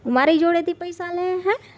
મારી જોડેથી પૈસા લેશે